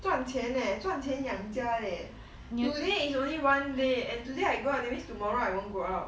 赚钱 eh 赚钱养家 leh today only one day and today I go that means tomorrow I won't go out